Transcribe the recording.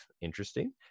interesting